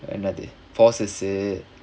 என்னது:ennathu fossis